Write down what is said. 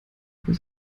aber